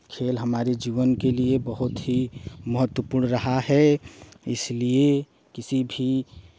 खेल हमारे जीवन के लिए बहुत ही महत्वपूर्ण रहा है इसलिए किसी भी